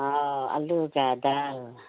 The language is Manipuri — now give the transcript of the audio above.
ꯑꯣ ꯑꯥꯜꯂꯨꯒ ꯗꯥꯜ